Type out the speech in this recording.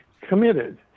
committed